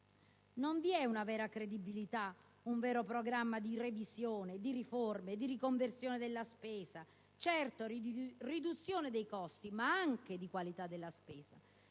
Non vi è una vera credibilità, un vero programma di revisione, di riforme, di riconversione della spesa, di riduzione dei costi, certo, ma anche di qualità della spesa.